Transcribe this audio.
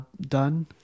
done